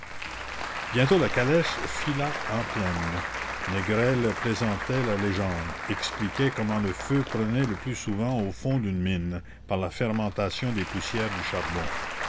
bientôt la calèche fila en plaine négrel plaisantait la légende expliquait comment le feu prenait le plus souvent au fond d'une mine par la fermentation des poussières du charbon